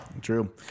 True